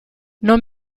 non